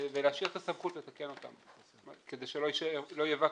ולהשאיר את הסמכות לתקן אותן כדי שלא יהיה ואקום.